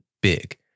big